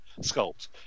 sculpt